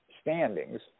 standings